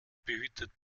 behütet